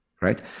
right